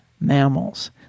mammals